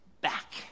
back